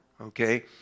Okay